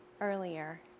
earlier